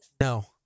No